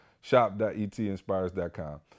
Shop.etinspires.com